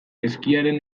ezkiaren